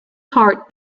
heart